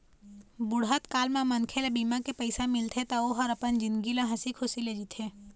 बुढ़त काल म मनखे ल बीमा के पइसा मिलथे त ओ ह अपन जिनगी ल हंसी खुसी ले जीथे